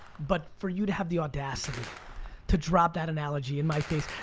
but for you to have the audacity to drop that analogy in my face,